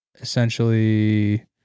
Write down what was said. essentially